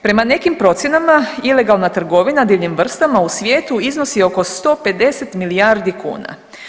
Prema nekim procjenama ilegalna trgovina divljim vrstama u svijetu iznosi oko 150 milijardi kuna.